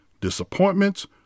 disappointments